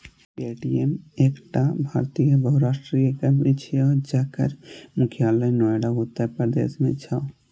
Paytm एकटा भारतीय बहुराष्ट्रीय कंपनी छियै, जकर मुख्यालय नोएडा, उत्तर प्रदेश मे छै